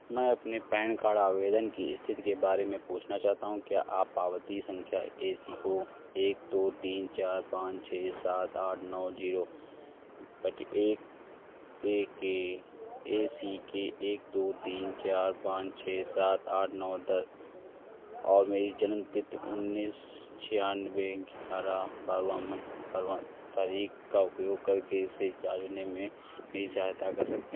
मैं अपने PAN card आवेदन की स्थिति के बारे में पूछना चाहता हूँ कि आप पावती संख्या ए सी ओ एक दो तीन चार पाँच छः सात आठ नौ जीरो प्रति एक एक के ए सी के एक दो तीन चार पाँच छः सात आठ नौ दस और मेरी जन्म तिथि उन्नीस छियानबे के सारा दावा मैं तारीख का उपयोग करके इसे जानने में मेरी सहायता कर सकते हैं